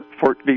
Fort